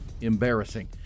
embarrassing